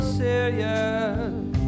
serious